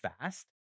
fast